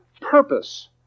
purpose